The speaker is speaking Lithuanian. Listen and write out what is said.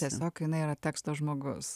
tiesiog jinai yra teksto žmogus